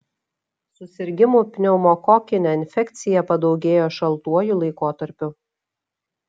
susirgimų pneumokokine infekcija padaugėja šaltuoju laikotarpiu